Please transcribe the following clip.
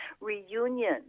reunion